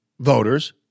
voters